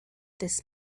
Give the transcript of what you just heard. this